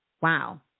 Wow